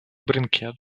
brinquedo